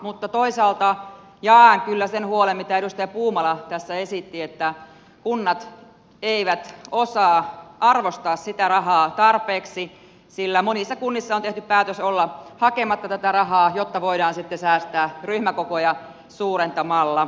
mutta toisaalta jaan kyllä sen huolen mitä edustaja puumala tässä esitti että kunnat eivät osaa arvostaa sitä rahaa tarpeeksi sillä monissa kunnissa on tehty päätös olla hakematta tätä rahaa jotta voidaan sitten säästää ryhmäkokoja suurentamalla